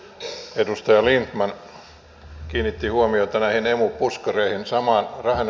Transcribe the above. edustaja lindtman kiinnitti huomiota näihin emu puskureihin